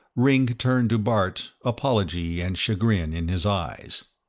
ringg turned to bart, apology and chagrin in his eyes.